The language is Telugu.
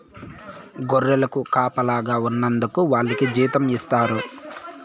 గొర్రెలకు కాపలాగా ఉన్నందుకు వాళ్లకి జీతం ఇస్తారు